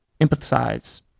empathize